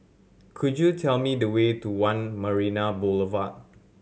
could you tell me the way to One Marina Boulevard